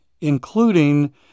including